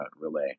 relay